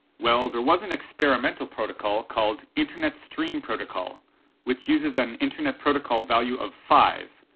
well there was an experimental protocol called internet stream protocol which uses an internet protocol value of five,